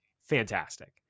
Fantastic